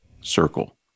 circle